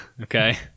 okay